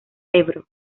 ebro